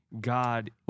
God